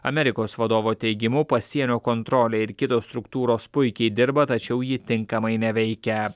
amerikos vadovo teigimu pasienio kontrolė ir kitos struktūros puikiai dirba tačiau ji tinkamai neveikia